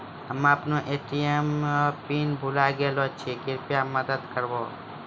हम्मे अपनो ATM PIN भुलाय गेलो छियै, कृपया मदत करहो